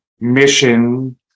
mission